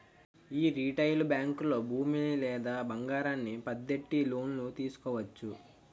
యీ రిటైలు బేంకుల్లో భూమి లేదా బంగారాన్ని పద్దెట్టి లోను తీసుకోవచ్చు